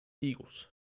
Eagles